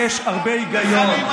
יש הרבה היגיון,